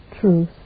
truth